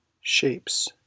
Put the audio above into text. Shapes